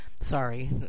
Sorry